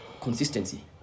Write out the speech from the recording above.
Consistency